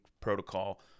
protocol